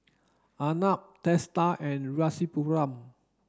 Arnab Teesta and Rasipuram